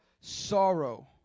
sorrow